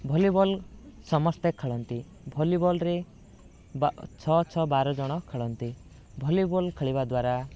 volleyball ସମସ୍ତେ ଖେଳନ୍ତି ଭଲିବଲରେ ବା ଛଅ ଛଅ ବାର ଜଣ ଖେଳନ୍ତି ଭଲିବଲ ଖେଳିବା ଦ୍ୱାରା